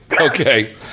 Okay